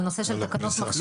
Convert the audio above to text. על הנושא של תקנות מכשירים.